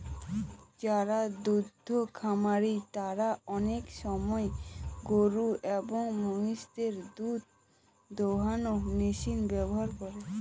যারা দুদ্ধ খামারি তারা আনেক সময় গরু এবং মহিষদের দুধ দোহানোর মেশিন ব্যবহার করে